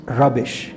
rubbish